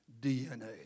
DNA